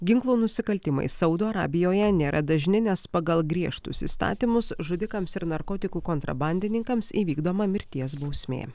ginklų nusikaltimai saudo arabijoje nėra dažni nes pagal griežtus įstatymus žudikams ir narkotikų kontrabandininkams įvykdoma mirties bausmė